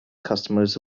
customers